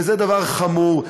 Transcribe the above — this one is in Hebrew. וזה דבר חמור,